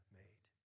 made